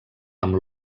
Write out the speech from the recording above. amb